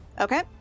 Okay